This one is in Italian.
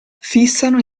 fissano